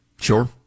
sure